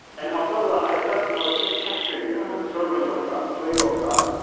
and abdullah i felt it was just capturing that the servant of god, slave of god.